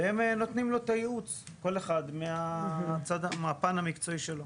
והם נותנים לו את הייעוץ כל אחד מהפן המקצועי שלו.